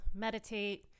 meditate